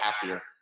happier